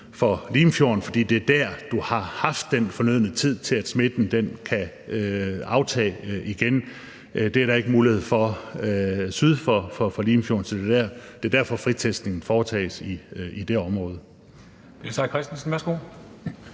for Limfjorden, for det er der, at du har haft den fornødne tid til, at smitten kan aftage. Det er der ikke mulighed for syd for Limfjorden. Det er derfor, at fritestningen foretages i det område.